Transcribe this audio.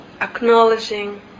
acknowledging